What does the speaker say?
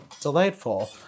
delightful